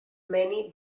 many